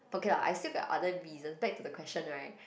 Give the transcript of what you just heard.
okay lah I still got other reason back to the question right